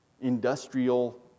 industrial